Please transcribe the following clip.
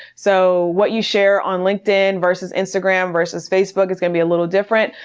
so what you share on linkedin versus instagram versus facebook is going to be a little different.